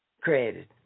created